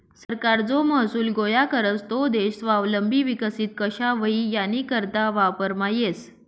सरकार जो महसूल गोया करस तो देश स्वावलंबी विकसित कशा व्हई यानीकरता वापरमा येस